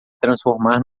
transformar